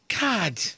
God